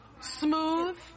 Smooth